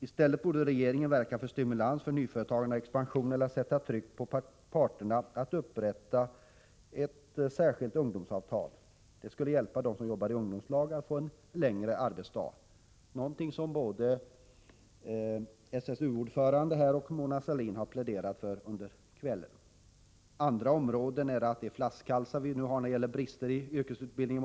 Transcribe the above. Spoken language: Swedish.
I stället borde regeringen verka för stimulans beträffande nyföretagande och expansion eller sätta tryck på parterna att upprätta ett särskilt ungdomsavtal. Det skulle hjälpa dem som jobbar i ungdomslag att få en längre arbetsdag, någonting som både SSU-ordföranden och Mona Sahlin pläderat för här i kväll. Andra områden där bristerna måste elimineras är de ”flaskhalsar” vi nu har när det gäller brister i yrkesutbildningen.